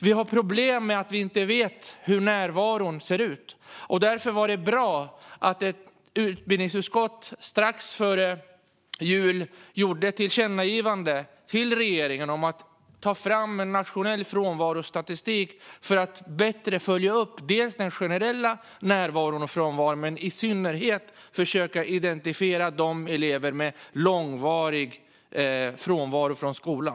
Vi har problem med att vi inte vet hur närvaron ser ut. Därför var det bra att utbildningsutskottet strax före jul gjorde ett tillkännagivande till regeringen om att ta fram en nationell frånvarostatistik för att bättre följa upp den generella närvaron och frånvaron men i synnerhet försöka identifiera elever med långvarig frånvaro från skolan.